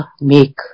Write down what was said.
make